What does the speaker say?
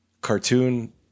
cartoon